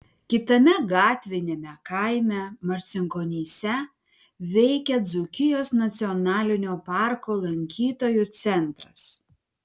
kitame gatviniame kaime marcinkonyse veikia dzūkijos nacionalinio parko lankytojų centras